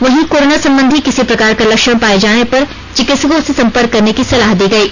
वहीं कोरोना संबंधी किसी प्रकार का लक्षण पाए जाने पर चिकित्सकों से संपर्क करने की सलाह दी गयी